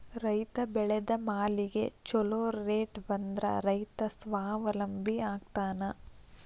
ರೈತ ಬೆಳೆದ ಮಾಲಿಗೆ ಛೊಲೊ ರೇಟ್ ಬಂದ್ರ ರೈತ ಸ್ವಾವಲಂಬಿ ಆಗ್ತಾನ